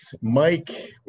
Mike